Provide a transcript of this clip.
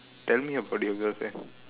tell me about your girlfriend